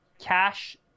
Cash